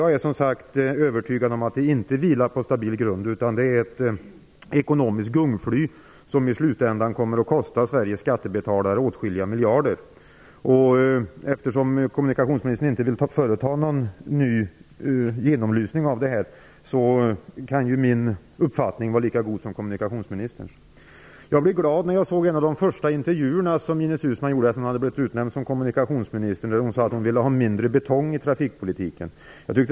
Jag är alltså övertygad om att projektet inte vilar på en stabil grund, utan det är ett ekonomiskt gungfly, som i slutändan kommer att kosta Sveriges skattebetalare åtskilliga miljarder. Eftersom kommunikationsministern inte vill företa någon ny genomlysning, kan min uppfattning vara lika god som hennes. Jag blev glad när Ines Uusmann i en av de första intervjuerna efter att hon blivit utnämnd till kommunikationsminister sade att hon ville ha mindre betong i trafikpolitiken.